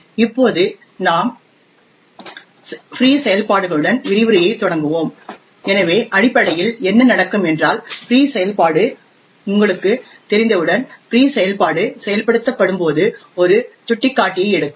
இப்போது இன்று நாம் ஃப்ரீ செயல்பாடுகளுடன் விரிவுரையைத் தொடங்குவோம் எனவே அடிப்படையில் என்ன நடக்கும் என்றால் ஃப்ரீ செயல்பாடு உங்களுக்குத் தெரிந்தவுடன் ஃப்ரீ செயல்பாடு செயல்படுத்தப்படும்போது ஒரு சுட்டிக்காட்டியை எடுக்கும்